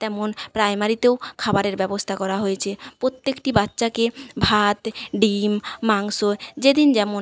তেমন প্রাইমারিতেও খাবারের ব্যবস্থা করা হয়েছে প্রত্যেকটি বাচ্চাকে ভাত ডিম মাংস যেদিন যেমন